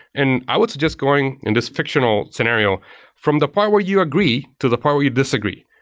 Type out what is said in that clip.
and i would suggest going in this fictional scenario from the part where you agree to the part where you disagree.